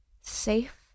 Safe